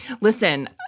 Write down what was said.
listen